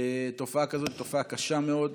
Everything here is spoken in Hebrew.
תופעה כזאת היא תופעה קשה מאוד.